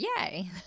yay